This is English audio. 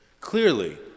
Clearly